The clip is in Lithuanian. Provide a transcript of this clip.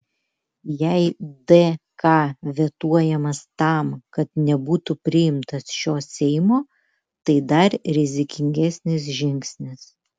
jei dk vetuojamas tam kad nebūtų priimtas šio seimo tai dar rizikingesnis žingsnis